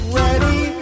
ready